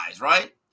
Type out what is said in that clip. right